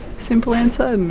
simple answer, no.